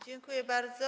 Dziękuję bardzo.